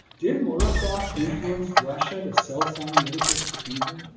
did morozov influence russia to sell sinaiticus to england?